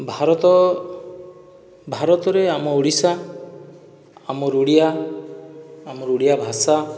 ଭାରତ ଭାରତରେ ଆମ ଓଡ଼ିଶା ଆମର ଓଡ଼ିଆ ଆମର ଓଡ଼ିଆ ଭାଷା